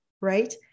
right